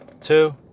Two